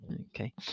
Okay